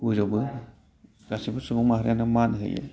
बज'बो गासिबो सुबुं माहारियानो मान होयो